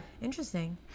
interesting